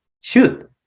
shoot